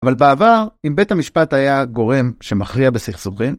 אבל בעבר, אם בית המשפט היה גורם שמכריע בסכסוכים,